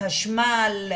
חשמל,